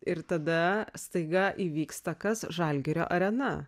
ir tada staiga įvyksta kas žalgirio arena